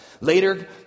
Later